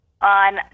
On